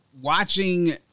Watching